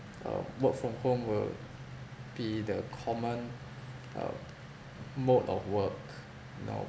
um work from home will be the common uh mode of work you know